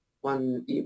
one